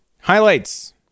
Highlights